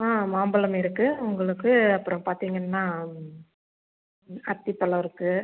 on மாம்பழம் இருக்கு உங்களுக்கு அப்புறம் பார்த்திங்கன்னா ம் அத்திப்பழம் இருக்கு